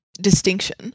distinction